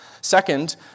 Second